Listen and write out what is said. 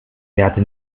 währte